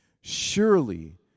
surely